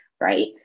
right